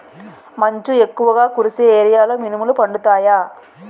మంచు ఎక్కువుగా కురిసే ఏరియాలో మినుములు పండుతాయా?